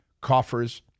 coffers